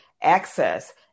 access